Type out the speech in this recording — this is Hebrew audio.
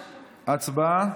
הצבעה.